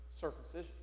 circumcision